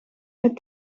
het